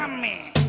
um me.